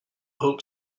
hope